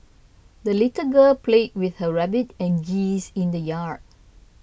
the little girl played with her rabbit and geese in the yard